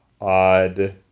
odd